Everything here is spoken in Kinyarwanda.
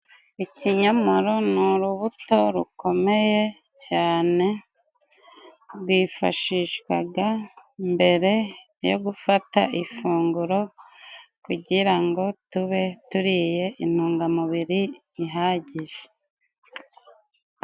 Ikinyomoro ni urubuto rukomeye cyane, rwifashishwaga mbere yo gufata ifunguro, kugira ngo tube turiye intungamubiri ihagije.